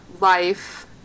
life